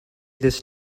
this